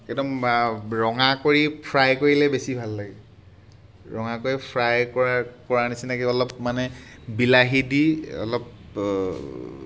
একদম ৰঙা কৰি ফ্ৰাই কৰিলে বেছি ভাল লাগে ৰঙা কৰি ফ্ৰাই কৰা কৰাৰ নিচিনাকৈ অলপ মানে বিলাহী দি অলপ